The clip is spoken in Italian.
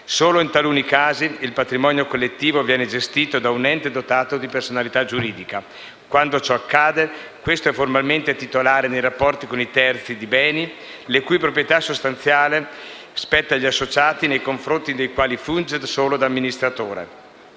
Solo in taluni casi il patrimonio collettivo viene gestito da un ente dotato di personalità giuridica. Quando ciò accade, questo è formalmente titolare nei rapporti con i terzi di beni la cui proprietà sostanziale spetta agli associati e nei confronti dei quali funge solo da amministratore.